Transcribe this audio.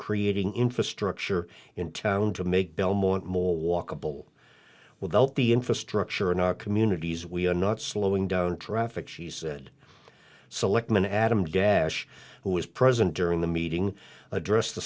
creating infrastructure in town to make belmont more walkable without the infrastructure in our communities we are not slowing down traffic she said selectman adam dash who was present during the meeting addressed the